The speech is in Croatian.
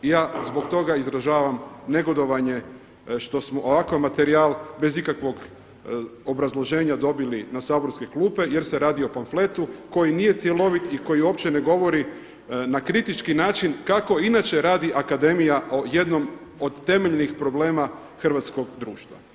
I za zbog toga izražavam negodovanje što smo ovakav materijal bez ikakvog obrazloženja dobili na saborske klupe jer se radi o pamfletu koji nije cjelovit i koji uopće ne govori na kritički način kako inače radi akademija o jednom od temeljnih problema hrvatskog društva.